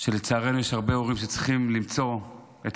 כשלצערנו יש הרבה הורים שצריכים למצוא את